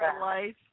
life